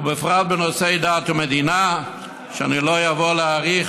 ובפרט בנושאי דת ומדינה, ואני לא אאריך